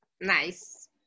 Nice